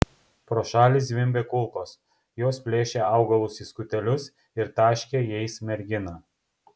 pro šalį zvimbė kulkos jos plėšė augalus į skutelius ir taškė jais merginą